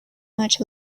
much